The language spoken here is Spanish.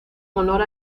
honor